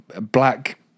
black